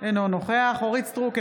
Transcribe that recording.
אינו נוכח אורית מלכה סטרוק,